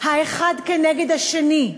האחד כנגד השני.